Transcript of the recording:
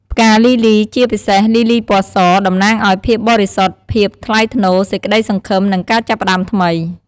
ផ្កាលីលី ជាពិសេសលីលីពណ៌ស តំណាងឲ្យ ភាពបរិសុទ្ធ ភាពថ្លៃថ្នូរ សេចក្តីសង្ឃឹម និង ការចាប់ផ្តើមថ្មី។